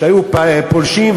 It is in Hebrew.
שהיו פולשים,